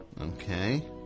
Okay